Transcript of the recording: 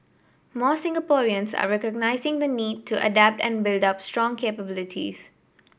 more Singaporeans are recognising the need to adapt and build up strong capabilities